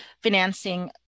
financing